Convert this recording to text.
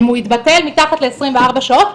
אם הוא התבטל מתחת לעשרים וארבע שעות,